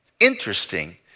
Interesting